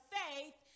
faith